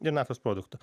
ir naftos produktų